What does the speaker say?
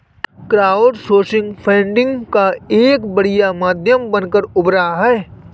crowdsourcing funding का एक बढ़िया माध्यम बनकर उभरा है